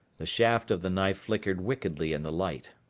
the shaft of the knife flickered wickedly in the light.